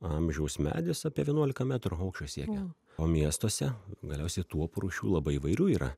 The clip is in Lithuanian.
amžiaus medis apie vienuolika metrų aukščio siekia o miestuose galiausiai tuopų rūšių labai įvairių yra